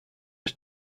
was